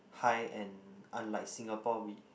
high and unlike Singapore we